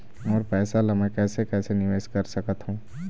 मोर पैसा ला मैं कैसे कैसे निवेश कर सकत हो?